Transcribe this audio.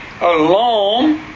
alone